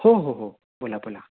हो हो हो बोला बोला